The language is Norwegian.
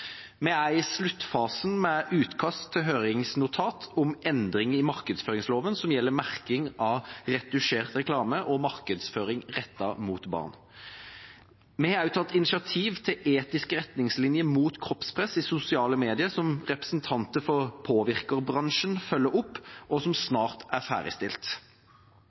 Vi er i sluttfasen med utkast til høringsnotat om endring i markedsføringsloven, som gjelder merking av retusjert reklame og markedsføring rettet mot barn. Vi har også tatt initiativ til etiske retningslinjer mot kroppspress i sosiale medier, som representanter for påvirkerbransjen følger opp, og som snart er ferdigstilt.